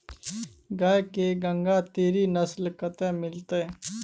गाय के गंगातीरी नस्ल कतय मिलतै?